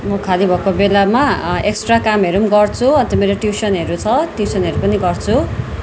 म खाली भएको बेलामा एक्स्ट्रा कामहरू नि गर्छु अन्त मेरो टिउसनहरू छ टिउसनहरू पनि गर्छु